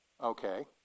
Okay